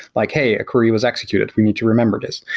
like, hey, a query was executed. we need to remember this,